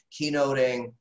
keynoting